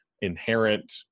inherent